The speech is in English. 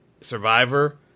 Survivor